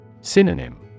Synonym